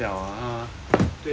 对咯